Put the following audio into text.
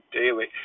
daily